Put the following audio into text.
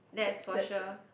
that that's the